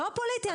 לא פוליטי.